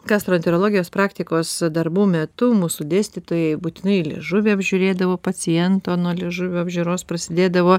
gastroenterologijos praktikos darbų metu mūsų dėstytojai būtinai liežuvį apžiūrėdavo paciento nuo liežuvio apžiūros prasidėdavo